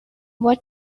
what